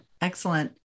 Excellent